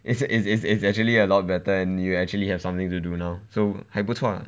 is is is is actually a lot better and you actually have something to do now so 还不错